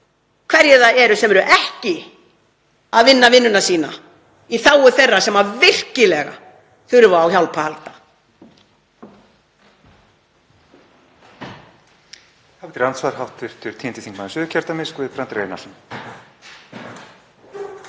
hverjir það eru sem eru ekki að vinna vinnuna sína í þágu þeirra sem virkilega þurfa á hjálp að halda.